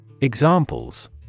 Examples